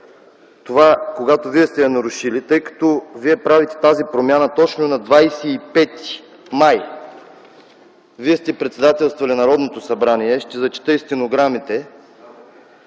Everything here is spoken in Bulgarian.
това, когато вие сте я нарушили, тъй като вие правите тази промяна точно на 25 май. Вие сте председателствали Народното събрание, ще зачета и стенограмите.